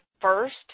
first